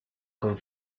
con